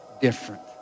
different